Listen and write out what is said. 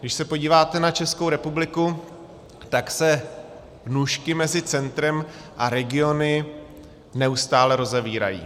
Když se podíváte na Českou republiku, tak se nůžky mezi centrem a regiony neustále rozevírají.